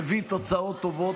מביא תוצאות טובות,